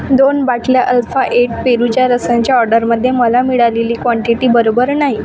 दोन बाटल्या alpha eight पेरूच्या रसांच्या ऑर्डरमध्ये मला मिळालेली क्वांटिटी बरोबर नाही